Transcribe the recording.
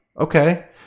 Okay